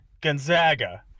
Gonzaga